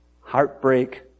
Heartbreak